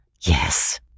Yes